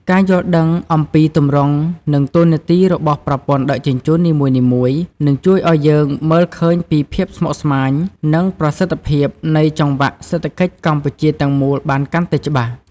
ការយល់ដឹងអំពីទម្រង់និងតួនាទីរបស់ប្រព័ន្ធដឹកជញ្ជូននីមួយៗនឹងជួយឱ្យយើងមើលឃើញពីភាពស្មុគស្មាញនិងប្រសិទ្ធភាពនៃចង្វាក់សេដ្ឋកិច្ចកម្ពុជាទាំងមូលបានកាន់តែច្បាស់។